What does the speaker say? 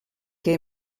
que